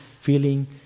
feeling